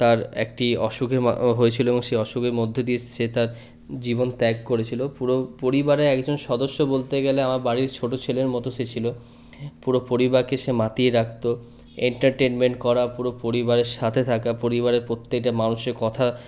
তার একটি অসুখের হয়েছিলো এবং সেই অসুখের মধ্যে দিয়ে সে তার জীবন ত্যাগ করেছিলো পুরো পরিবারের একজন সদস্য বলতে গেলে আমার বাড়ির ছোটো ছেলের মতো সে ছিল পুরো পরিবারকে সে মাতিয়ে রাখতো এন্টারটেনমেন্ট করা পুরো পরিবারের সাথে থাকা পরিবারের প্রত্যেকটা মানুষের কথা